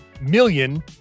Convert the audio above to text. million